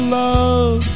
love